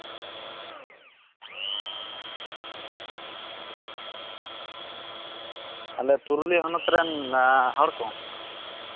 ᱟᱞᱮ ᱯᱩᱨᱩᱞᱤᱭᱟᱹ ᱦᱚᱱᱚᱛ ᱨᱮᱱ ᱦᱚᱲ ᱠᱚ